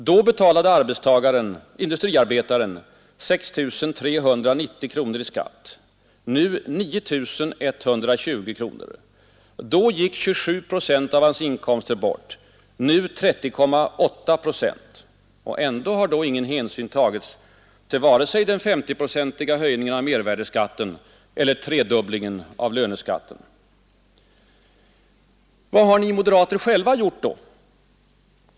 Då betalade industriarbetaren 6 390 kronor i skatt. Nu 9 120. Då gick 27 procent av hans inkomster bort. Nu 30,8 procent. Och då har ändå ingen hänsyn tagits till vare sig den SO-procentiga höjningen av mervärdeskatten eller tredubblingen av löneskatten. Vad har vi moderater själva gjort?